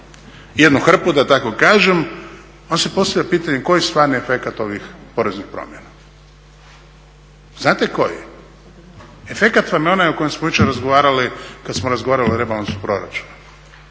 jednu hrpu da tako kažem, onda se postavlja pitanje koji je stvarni efekat ovih poreznih promjena. Znate koji? Efekat vam je onaj o kojem smo jučer razgovarali kad smo razgovarali o rebalansu proračuna